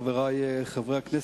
חברי חברי הכנסת,